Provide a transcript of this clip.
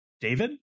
david